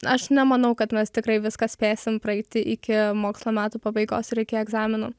aš nemanau kad mes tikrai viską spėsim praeiti iki mokslo metų pabaigos ir iki egzaminų